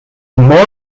more